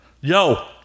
yo